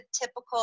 typical